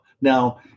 Now